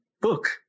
book